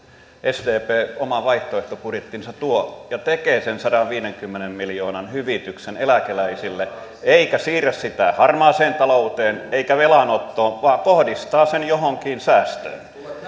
sdp oman vaihtoehtobudjettinsa tuo ja tekee sen sadanviidenkymmenen miljoonan hyvityksen eläkeläisille eikä siirrä sitä harmaaseen talouteen eikä velanottoon vaan kohdistaa sen johonkin säästöön